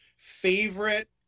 Favorite